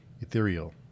ethereal